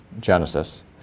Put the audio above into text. Genesis